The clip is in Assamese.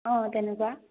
অঁ তেনেকুৱা